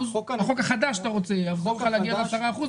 החוק החדש שאתה רוצה יעזור לך להגיע ל-10 אחוז,